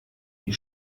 die